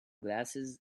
glasses